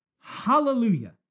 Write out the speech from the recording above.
Hallelujah